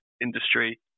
industry